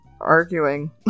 arguing